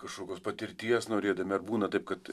kažkokios patirties norėdami ar būna taip kad